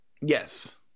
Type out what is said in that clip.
Yes